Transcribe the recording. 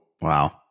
wow